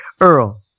Earl